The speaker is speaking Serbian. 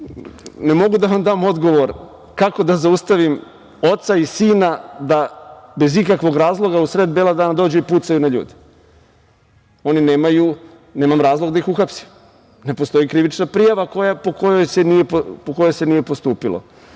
mogu da vam dam odgovor kako da zaustavim oca i sina da bez ikakvog razloga, usred bela dana dođu i pucaju na ljude. Nemam razlog da ih uhapsim, ne postoji krivična prijava po kojoj se nije postupilo.